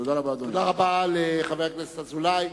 תודה רבה לחבר הכנסת אזולאי.